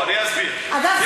אגב,